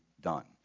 done